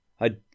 I